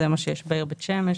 זה מה שיש בעיר בית שמש.